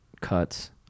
Cuts